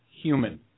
human